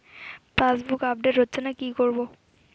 Passbook update হচ্ছেনা কি করবো?